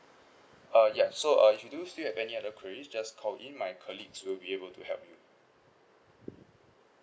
uh ya so uh if you do you still have any other queries just call in my colleagues will be able to help you